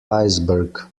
iceberg